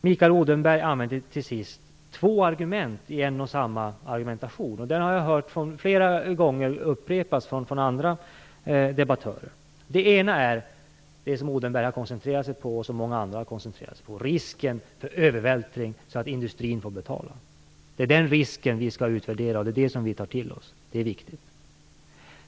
Mikael Odenberg använde till sist två argument i en och samma argumentation, och det har jag hört upprepas flera gånger från andra debattörer. Det ena är det som Odenberg och många andra har koncentrerat sig på, nämligen risken för övervältring så att industrin får betala. Det är den risken vi skall utvärdera, och det är det som vi tar till oss. Det är viktigt.